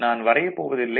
நான் வரையப்போவதில்லை